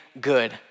good